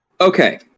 Okay